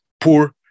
poor